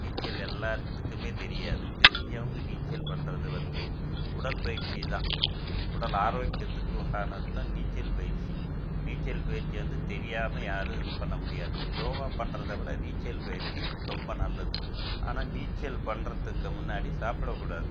நீச்சல் எல்லாருத்துக்குமே தெரியாது தெரிஞ்சவங்க நீச்சல் பண்ணுறது வந்து உடற்பயிற்சி தான் உடல் ஆரோக்கியத்துக்கு உண்டானத்தான் நீச்சல் பயிற்சி நீச்சல் பயிற்சி வந்து தெரியாமல் யாரும் இது பண்ண முடியாது யோகா பண்ணுறத விட நீச்சல் பயிற்சி ரொம்ப நல்லது ஆனால் நீச்சல் பண்ணுறதுக்கு முன்னாடி சாப்பிடக்கூடாது